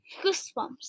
goosebumps